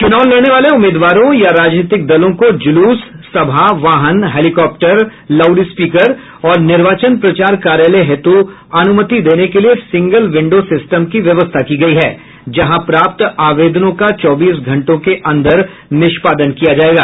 चुनाव लड़ने वाले उम्मीदवारों या राजनीतिक दलों को जुलूस सभा वाहन हेलीकॉप्टर लॉउडस्पीकर और निर्वाचन प्रचार कार्यालय हेतु अनुमति देने के लिए सिंगल विंडो सिस्टम की व्यवस्था की गयी है जहां प्राप्त आवेदनों का चौबीस घंटों के अन्दर निष्पादन किया जायेगा